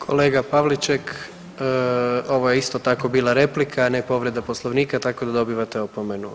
Kolega Pavliček ovo je isto tako bila replika, a ne povreda Poslovnika tako da dobivate opomenu.